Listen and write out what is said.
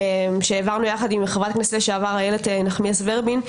שהעברנו יחד עם חברת הכנסת לשעבר איילת נחמיאס ורבין.